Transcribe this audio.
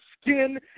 skin